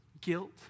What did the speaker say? guilt